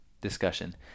discussion